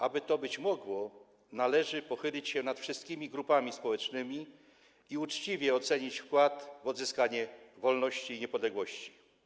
Aby tak być mogło, należy pochylić się nad wszystkimi grupami społecznymi i uczciwie ocenić wkład w odzyskanie wolności i niepodległości.